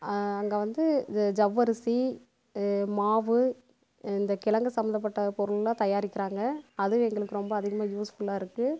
அங்கே வந்து ஜவ்வரிசி மாவு இந்த கிழங்கு சம்மந்தப்பட்ட பொருள்லாம் தயாரிக்கிறாங்க அதுவும் எங்களுக்கு ரொம்ப அதிகமாக யூஸ்ஃபுல்லாக இருக்குது